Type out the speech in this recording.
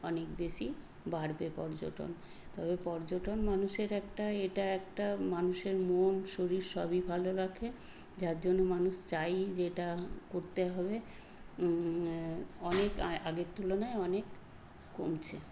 অনেক বেশি বাড়বে পর্যটন তবে পর্যটন মানুষের একটা এটা একটা মানুষের মন শরীর সবই ভালো রাখে যার জন্য মানুষ চায়ই যে এটা করতে হবে অনেক আগের তুলনায় অনেক কমছে